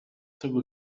tego